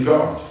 God